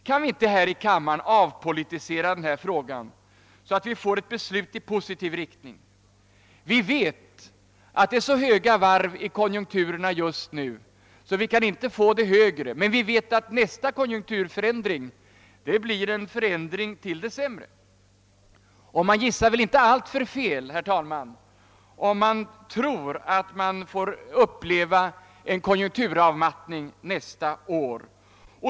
Kan vi inte här i kammaren avpolitisera denna fråga så att vi får ett beslut i positiv riktning? Vi vet att det är så höga varv i konjunkturerna just nu, att vi inte kan få högre, men vi vet att nästa konjunkturförändring blir en förändring till det sämre. Man gissar väl inte alltför fel, herr talman, om man tror att vi får uppleva en konjunkturavmattning nästa år.